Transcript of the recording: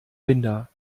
binder